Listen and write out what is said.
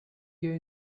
here